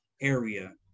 area